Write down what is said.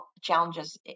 challenges